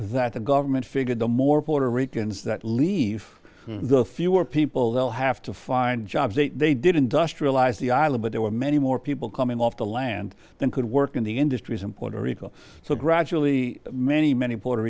that the government figured the more puerto ricans that leave the fewer people they'll have to find jobs they did industrialize the island but there were many more people coming off the land than could work in the industries in puerto rico so gradually many many puerto